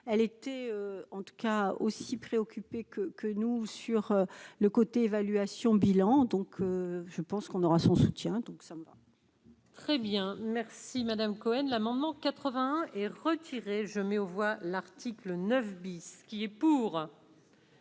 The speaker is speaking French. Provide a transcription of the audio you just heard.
qu'elle était en tout cas aussi préoccupés que que nous sur le côté évaluations bilan donc je pense qu'on aura son soutien, donc ça. Très bien, merci Madame Cohen, l'amendement 80 et retiré je mets aux voix, l'article 9 bis qui est pour.